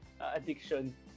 addiction